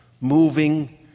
moving